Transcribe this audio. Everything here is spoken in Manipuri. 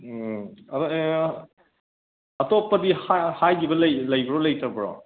ꯑꯥ ꯑꯗꯣ ꯑꯇꯣꯞꯄꯗꯤ ꯍꯥꯏꯒꯤꯕ ꯂꯩꯕ꯭ꯔꯣ ꯂꯩꯇꯕ꯭ꯔꯣ